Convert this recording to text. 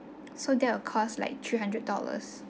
so they will cost like three hundred dollars